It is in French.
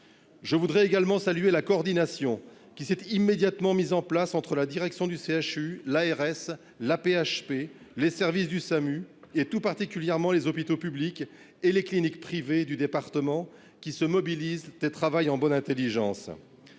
Je voudrais également saluer la coordination qui s'est immédiatement mis en place entre la direction du CHU, l'ARS l'AP-HP. Les services du SAMU et tout particulièrement les hôpitaux publics et les cliniques privées du département qui se mobilisent et travaillent en bonne Intelligence.